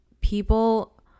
people